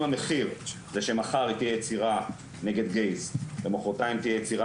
אם המחיר זה שמחר תהיה יצירה נגד גייז ומוחרתיים תהיה יצירה